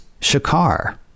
Shakar